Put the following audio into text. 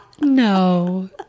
No